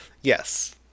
yes